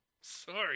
Sorry